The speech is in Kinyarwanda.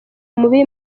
mubi